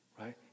right